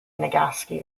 nagasaki